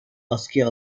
askıya